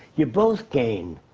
you both gain.